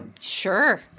Sure